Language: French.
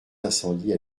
d’incendie